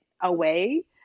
away